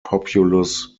populous